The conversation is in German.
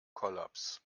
kollaps